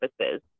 services